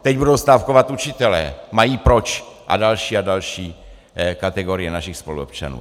Teď budou stávkovat učitelé, mají proč, a další a další kategorie našich spoluobčanů.